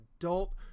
adult